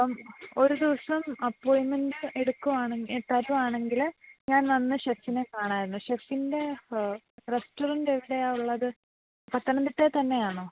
അപ്പം ഒരു ദിവസം അപ്പോയിന്റ്മെന്റ് എടുക്കുകയാണെങ്കില് തരികയാണെങ്കില് ഞാന് വന്ന് ഷെഫിനെ കാണാമായിരുന്നു ഷെഫിൻ്റെ റസ്റ്റോററൻ്റ് എവിടെയാണുള്ളത് പത്തനംതിട്ടയില് തന്നെയാണോ